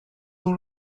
dans